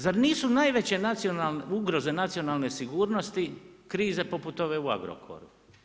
Zar nisu najveće ugroze nacionalne sigurnosti krize poput ove u Agrokoru?